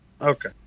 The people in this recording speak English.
Okay